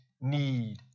need